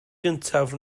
gyntaf